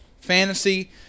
Fantasy